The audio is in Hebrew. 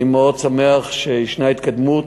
אני מאוד שמח שיש התקדמות,